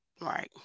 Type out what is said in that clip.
Right